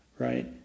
right